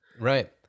Right